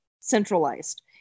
centralized